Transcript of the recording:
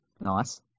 Nice